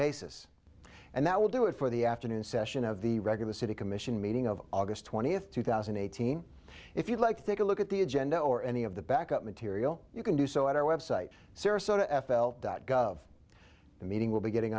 basis and that will do it for the afternoon session of the regular city commission meeting of august twentieth two thousand and eighteen if you'd like to think a look at the agenda or any of the back up material you can do so at our website sarasota f l dot gov the meeting will be getting